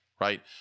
right